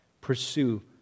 pursue